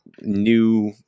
New